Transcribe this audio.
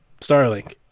Starlink